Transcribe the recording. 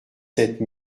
sept